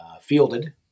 fielded